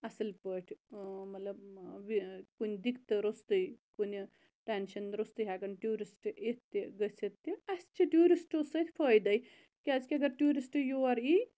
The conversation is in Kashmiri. اصل پٲٹھۍ مَطلَب کُنہِ دِکتہِ روٚستُے کُنہِ ٹیٚنشَن روٚستُے ہیٚکَن ٹورِسٹہٕ اِتھ تہِ گٔژھِتھ تہِ اَسہِ چھِ ٹوٗرِسٹو سۭتۍ فٲیدے کیازکہِ اگر ٹوٗرِسٹہٕ یور یِیہِ